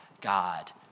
God